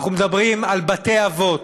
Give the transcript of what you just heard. אנחנו מדברים על בתי-אבות